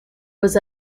was